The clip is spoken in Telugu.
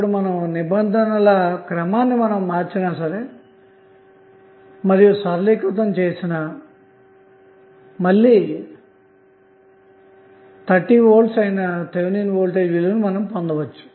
ఇప్పుడు మీరు నిబంధనల క్రమాన్ని మార్చినా మరియు సరళీకృతం చేసినా మళ్ళీ 30V థెవెనిన్ వోల్టేజ్ విలువను పొందుతారు